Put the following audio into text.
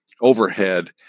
Overhead